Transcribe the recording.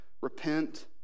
Repent